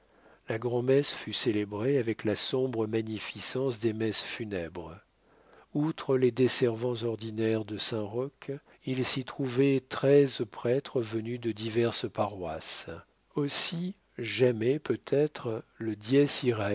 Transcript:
la grand'messe fut célébrée avec la sombre magnificence des messes funèbres outre les desservants ordinaires de saint-roch il s'y trouvait treize prêtres venus de diverses paroisses aussi jamais peut-être le